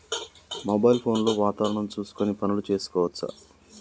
Mobile phone లో వాతావరణం చూసుకొని పనులు చేసుకోవచ్చా?